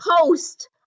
post